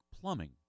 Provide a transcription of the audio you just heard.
plumbing